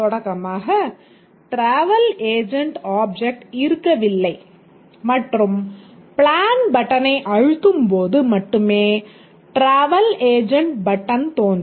தொடக்கமாக travel agent object இருக்கவில்லை மற்றும் பிளான் பட்டனை அழுத்தும் போது மட்டுமே டிராவல் ஏஜென்ட் பட்டன் தோன்றும்